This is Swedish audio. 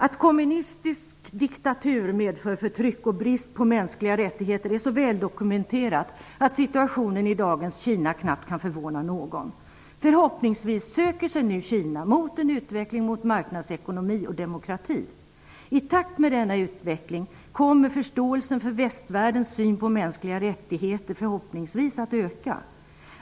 Att kommunistisk diktatur medför förtryck och brist på mänskliga rättigheter är så väldokumenterat att situationen i dagens Kina knappast kan förvåna någon. Förhoppningsvis söker sig nu Kina mot en utveckling mot marknadsekonomi och demokrati. I takt med denna utveckling kommer förståelsen för västvärldens syn på mänskliga rättigheter förhoppningsvis att öka.